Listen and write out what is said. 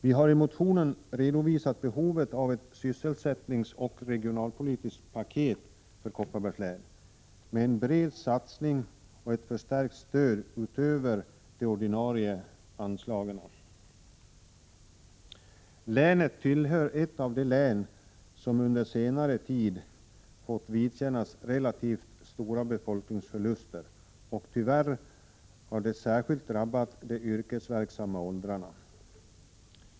Vi har i motionen framhållit behovet av ett sysselsättningsoch regionalpolitiskt paket för Kopparbergs län, med en bred satsning och ett förstärkt stöd utöver de ordinarie anslagen. Länet är ett av de län som under senare tid fått vidkännas relativt stora befolkningsförluster, och tyvärr har detta särskilt drabbat de yrkesverksamma åldrarna.